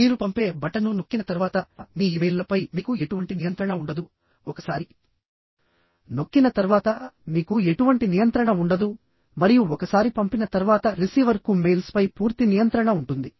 మీరు పంపే బటన్ను నొక్కిన తర్వాత మీ ఇమెయిల్లపై మీకు ఎటువంటి నియంత్రణ ఉండదు ఒకసారి నొక్కిన తర్వాత మీకు ఎటువంటి నియంత్రణ ఉండదు మరియు ఒకసారి పంపిన తర్వాత రిసీవర్కు మెయిల్స్పై పూర్తి నియంత్రణ ఉంటుంది